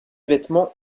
vêtements